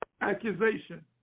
accusation